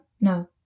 No